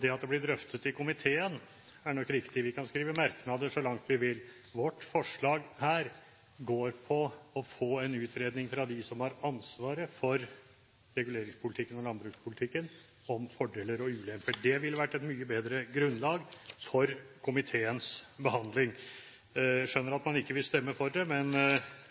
Det at det blir drøftet i komiteen, er nok riktig. Vi kan skrive merknader så langt vi vil. Vårt forslag her går på å få en utredning fra dem som har ansvaret for reguleringspolitikken og landbrukspolitikken – om fordeler og ulemper. Det ville vært et mye bedre grunnlag for komiteens behandling. Jeg skjønner at man ikke vil stemme for det, men